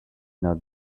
not